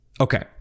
Okay